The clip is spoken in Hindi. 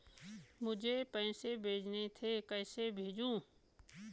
मुझे पैसे भेजने थे कैसे भेजूँ?